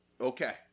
Okay